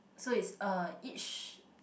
so it's uh each